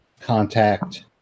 contact